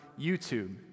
YouTube